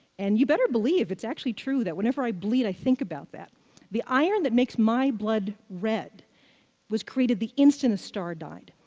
and you better believe it's actually true that whenever i bleed, i think about that the iron that makes my blood red was created the instant the star died.